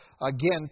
again